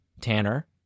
Tanner